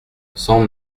cent